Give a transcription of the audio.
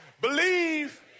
believe